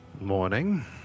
Morning